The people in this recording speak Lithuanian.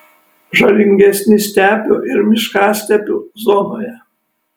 žalingesni stepių ir miškastepių zonoje